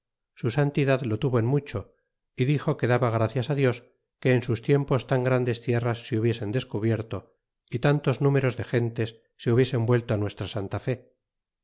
su santidad lo tuvo en mucho y dixo que daba gracias dios que en sus tiempos tan grandes tierras se hubiesen descubierto y tantos números de gentes se hubiesen vuelto nuestra santa fé